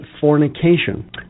fornication